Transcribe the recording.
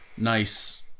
Nice